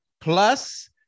plus